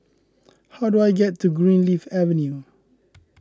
how do I get to Greenleaf Avenue